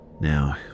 Now